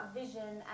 vision